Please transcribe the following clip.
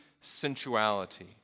sensuality